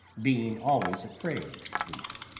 being always afraid to sleep,